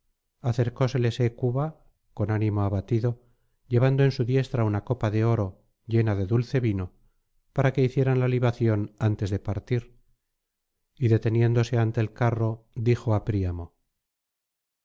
palacio acercóseles hécuba con ánimo abatido llevando en su diestra una copa de oro llena de dulce vino para que hicieran la libación antes de partir y deteniéndose ante el carro dijo á príamo